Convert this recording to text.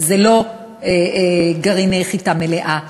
זה לא גרעיני חיטה מלאה,